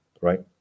right